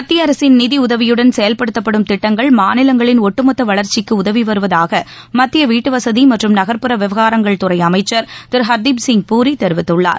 மத்திய அரசின் நிதியுதவியுடன் செயல்படுத்தப்படும் திட்டங்கள் மாநிலங்களின் ஒட்டுமொத்த வளர்ச்சிக்கு உதவி வருவதாக மத்திய வீட்டு வசதி மற்றும் நகர்ப்புற விவகாரங்கள் துறை அமைச்சர் திரு ஹர்தீப்சிங் பூரி தெரிவித்துள்ளார்